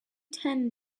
ten